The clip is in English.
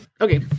Okay